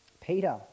Peter